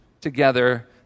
together